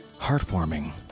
heartwarming